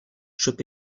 should